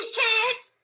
kids